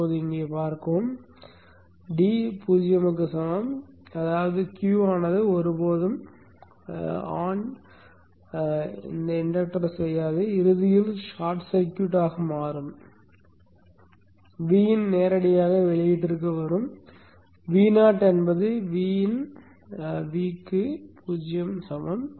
இப்போது இங்கே பார்க்கவும் d 0 க்கு சமம் அதாவது Q ஆனது ஒருபோதும் ஆன் இண்டக்டர் செய்யாது இறுதியில் ஷார்ட் சர்க்யூட் மாறும் Vin நேரடியாக வெளியீட்டிற்கு வரும் Vo என்பது Vin Vக்கு 0 சமம்